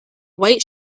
white